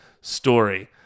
story